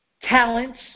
talents